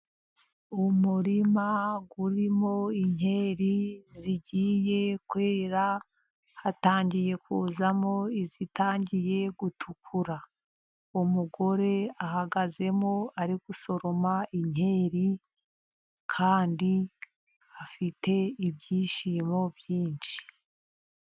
Umurima urimo inkeri zigiye kwera, hatangiye kuzamo izitangiye gutukura, umugore ahagazemo ari gusoroma inkeri. Kandi afite ibyishimo byinshi.